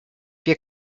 wir